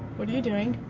what are you doing?